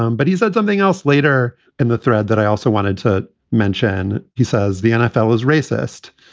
um but he said something else later in the thread that i also wanted to mention. he says the nfl is racist.